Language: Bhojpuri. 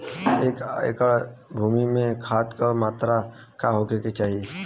एक एकड़ भूमि में खाद के का मात्रा का होखे के चाही?